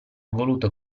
voluto